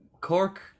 Cork